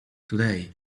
today